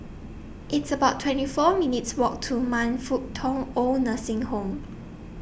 It's about twenty four minutes' Walk to Man Fut Tong Oid Nursing Home